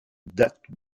date